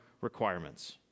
requirements